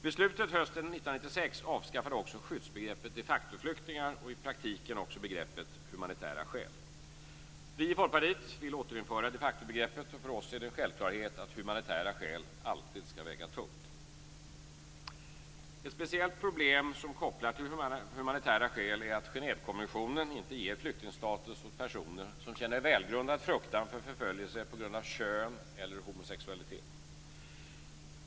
Beslutet hösten 1996 avskaffade också skyddsbegreppet de facto-flyktingar och i praktiken också begreppet humanitära skäl. Vi i Folkpartiet vill återinföra de facto-begreppet, och för oss är det en självklarhet att humanitära skäl alltid skall väga tungt. Ett speciellt problem som kopplar till humanitära skäl är att Genèvekonventionen inte ger flyktingstatus åt personer som känner välgrundad fruktan för förföljelse på grund av kön eller homosexualitet.